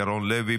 ירון לוי,